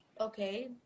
okay